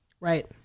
Right